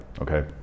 Okay